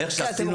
איך שעשינו,